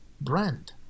brand